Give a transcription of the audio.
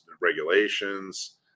regulations